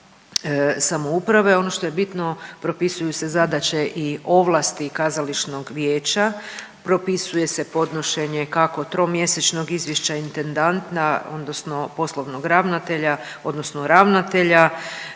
samouprave. Ono što je bitno propisuju se zadaće i ovlasti kazališnog vijeća, propisuje se podnošenje kako tromjesečnog izvješća intendanta odnosno poslovnog ravnatelja odnosno ravnatelja,